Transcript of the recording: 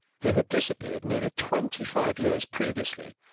who had disappeared nearly twenty-five years previously,